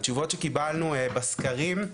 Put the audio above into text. התשובות שקיבלנו בסקרים,